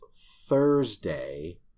Thursday